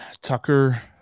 Tucker